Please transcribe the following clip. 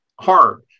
hard